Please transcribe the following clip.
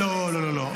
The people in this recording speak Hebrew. לא, לא, לא.